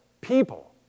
people